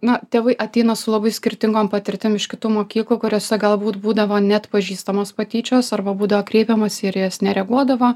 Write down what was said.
na tėvai ateina su labai skirtingom patirtim iš kitų mokyklų kuriose galbūt būdavo neatpažįstamos patyčios arba būdavo kreipiamasi ir į jas nereaguodavo